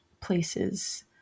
places